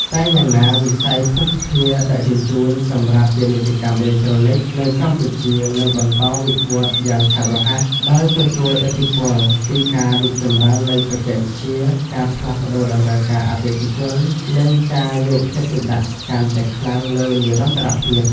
តែយ៉ាងណា វិស័យភស្តុភារដឹកជញ្ជូនសម្រាប់ ពាណិជ្ជកម្មអេឡិចត្រូនិក នៅកម្ពុជានឹងបន្តវិវឌ្ឍន៍យ៉ាងឆាប់រហ័ស ដោយទទួលឥទ្ធិពលពីការរីកចម្រើននៃបច្ចេកវិទ្យា ការផ្លាស់ប្តូរតម្រូវការអតិថិជន និងការយកចិត្តទុកដាក់កាន់តែខ្លាំងលើនិរន្តរភាព។